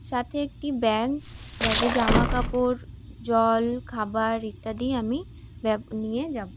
সঙ্গে একটি ব্যাগ ব্যাগে জামাকাপড় জল খাবার ইত্যাদি আমি নিয়ে যাব